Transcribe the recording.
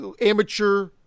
amateur